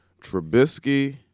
Trubisky